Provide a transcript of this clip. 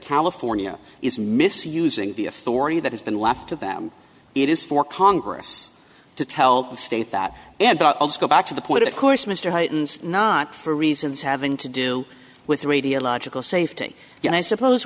california is misusing the authority that has been left to them it is for congress to tell the state that and go back to the point of course mr heightens not for reasons having to do with radiological safety and i suppose